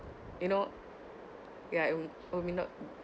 you know ya it won't or may not